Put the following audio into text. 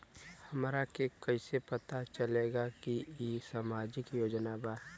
हमरा के कइसे पता चलेगा की इ सामाजिक योजना बा?